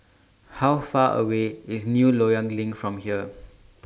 How Far away IS New Loyang LINK from here